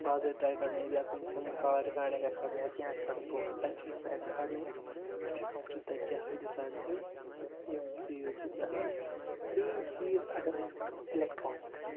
باضٲبطہٕ آے کڑنٲیِتھ یا کُنہِ سِمٕچ کال رِکاڈِنٛگ آسہِ کَڑٕنۍ یا کیٚنٛہہ آسہِ کَڑٕنۍ گوٚو تَتہِ چھِ أسۍ سُہ ہٮ۪کان کَڑنٲیِتھ أسۍ چھِ ہٮ۪کان وٕچھِتھ تَتہِ کیٛاہ حٲدِثات گٔے تہٕ یِم چیٖز چھِ گَژھان ترٛیٚیِم چیٖز اگر أسۍ وٕچھو اِلٮ۪کٹرٛانِکٕس